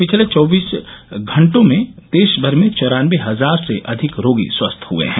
पिछले चौबीस घटों में देशभर में चौरानबे हजार से अधिक रोगी स्वस्थ हुए हैं